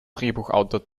drehbuchautor